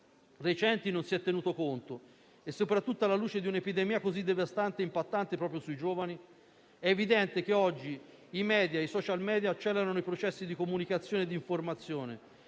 recenti non si è tenuto conto. Alla luce soprattutto di un'epidemia, così devastante ed impattante proprio sui giovani, è evidente che oggi i media e i *social media* accelerano i processi di comunicazione, di informazione